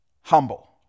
humble